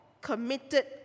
committed